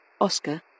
Oscar